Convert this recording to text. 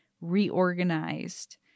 reorganized